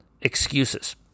excuses